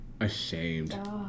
ashamed